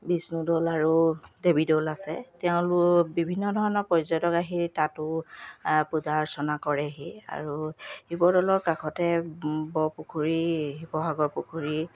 বিষ্ণুদৌল আৰু দেৱীদৌল আছে তেওঁলোক বিভিন্ন ধৰণৰ পৰ্যটক আহি তাতো পূজা অৰ্চনা কৰেহি আৰু শিৱদৌলৰ কাষতে বৰপুখুৰী শিৱসাগৰ পুখুৰী